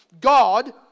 God